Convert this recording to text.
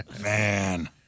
man